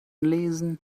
lesen